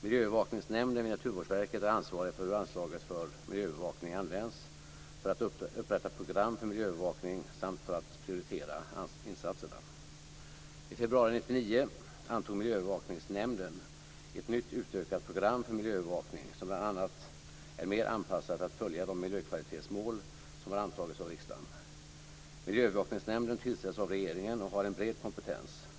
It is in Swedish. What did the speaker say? Miljöövervakningsnämnden vid Naturvårdsverket är ansvarig för hur anslaget för miljöövervakning används, för att upprätta program för miljöövervakning samt för att prioritera insatserna. I februari 1999 antog Miljöövervakningsnämnden ett nytt utökat program för miljöövervakning som bl.a. är mer anpassat att följa de miljökvalitetsmål som har antagits av riksdagen. Miljöövervakningsnämnden tillsätts av regeringen och har en bred kompetens.